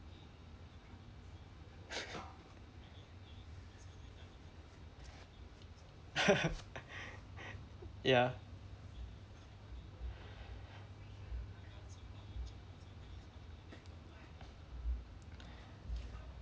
ya